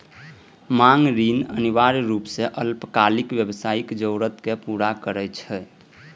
मांग ऋण अनिवार्य रूप सं अल्पकालिक व्यावसायिक जरूरत कें पूरा करै छै